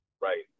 right